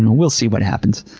and we'll see what happens.